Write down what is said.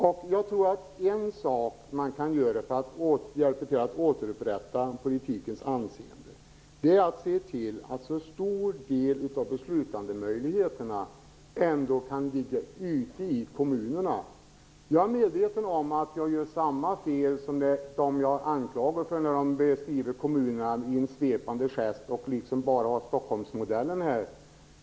En sak som jag tror att man kan göra för att hjälpa till att återupprätta politikens anseende är att se till att så stor del som möjligt av beslutandemöjligheterna ändå kan ligga ute i kommunerna. Jag är medveten om att jag gör samma fel som dem som jag anklagar för att beskriva kommunerna med svepande formuleringar och för att bara ta upp Stockholmsmodellen.